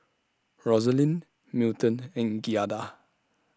Rosalyn Milton and Giada